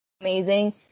amazing